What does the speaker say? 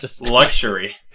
luxury